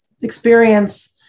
experience